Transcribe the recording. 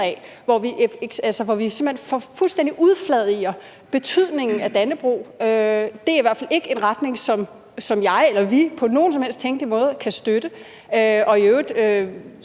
hvor vi simpelt hen fuldstændig forfladiger betydningen af Dannebrog. Det er i hvert fald ikke en retning, som jeg eller vi på nogen som helst tænkelig måde kan støtte. I øvrigt